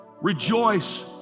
Rejoice